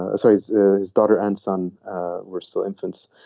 ah so his his daughter and son were still infants.